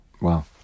wow